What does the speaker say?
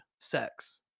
sex